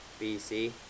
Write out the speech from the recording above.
BC